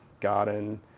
garden